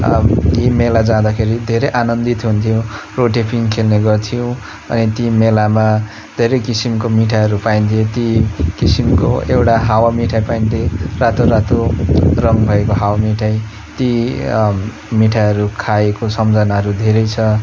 यी मेला जाँदाखेरि धेरै आनन्दित हुन्थ्यौँ रोटेपिङ खेल्ने गर्थ्यौँ अनि ती मेलामा धेरै किसिमको मिठाईहरू पाइन्थे ती किसिमको एउटा हावा मिठाई पाइन्थे रातोरातो रङ भएको हावा मिठाई ती मिठाईहरू खाएको सम्झनाहरू धेरै छ